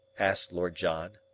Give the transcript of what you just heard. asked lord john.